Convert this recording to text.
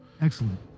Excellent